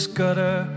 gutter